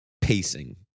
pacing